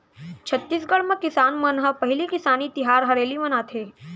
छत्तीसगढ़ म किसान मन ह पहिली किसानी तिहार हरेली मनाथे